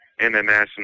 international